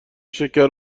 شکر